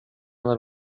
нар